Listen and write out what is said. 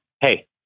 hey